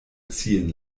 ziehen